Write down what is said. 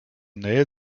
nähe